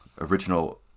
Original